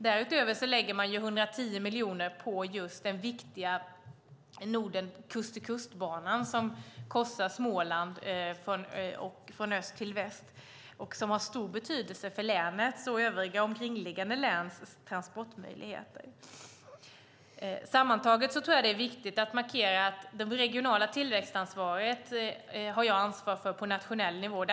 Därutöver lägger man 110 miljoner på den viktiga Kust-till-kust-banan, som korsar Småland från öst till väst och som har stor betydelse för länets och omkringliggande läns transportmöjligheter. Sammantaget tror jag att det är viktigt att markera att jag på nationell nivå har ansvaret för regional tillväxt.